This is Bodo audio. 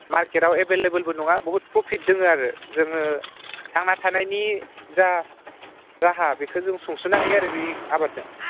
मार्केटाव एभेलेबलबो नङा बुहुद प्रफिट दोङो आरो जोङो थांना थानायनि जा राहा बेखो जों सुंस'नो हायो आरो बि आबादजों